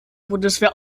bundeswehr